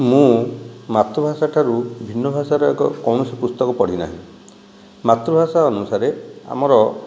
ମୁଁ ମାତୃଭାଷାଠାରୁ ଭିନ୍ନ ଭାଷାର ଏକ କୌଣସି ପୁସ୍ତକ ପଢ଼ି ନାହିଁ ମାତୃଭାଷା ଅନୁସାରେ ଆମର